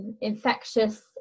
infectious